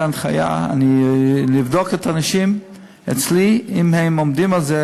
אני אוציא הנחיה לבדוק אם הם עומדים על זה,